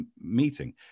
meeting